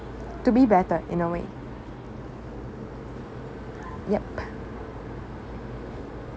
to be better in a way yup